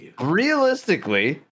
realistically